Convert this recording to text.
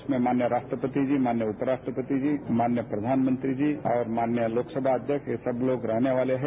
उसमें माननीय राष्ट्रपति जी माननीय उपराष्ट्रपति जी माननीय प्रधानमंत्री जी और माननीय लोकसभा अध्यक्ष ये सब लोग रहने वाले हैं